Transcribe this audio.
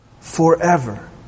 Forever